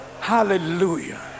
hallelujah